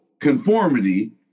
conformity